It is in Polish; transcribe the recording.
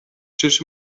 czyż